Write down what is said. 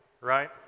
right